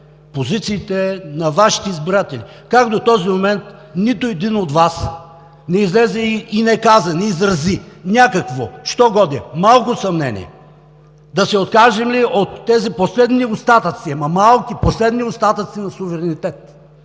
позициите на Вашите избиратели. Как до този момент нито един от Вас не излезе и не каза, не изрази някакво що-годе малко съмнение да се откажем ли от тези последни остатъци, ама малки, последни остатъци на суверенитет,